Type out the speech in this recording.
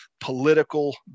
political